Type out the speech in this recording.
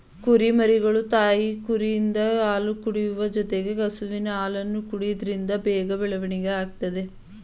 ಕುರಿಮರಿಗಳು ತಾಯಿ ಕುರಿಯಿಂದ ಹಾಲು ಕುಡಿಯುವ ಜೊತೆಗೆ ಹಸುವಿನ ಹಾಲನ್ನು ಕೊಡೋದ್ರಿಂದ ಬೇಗ ಬೆಳವಣಿಗೆ ಆಗುತ್ತದೆ